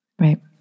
Right